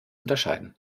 unterscheiden